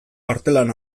artelan